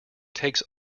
takes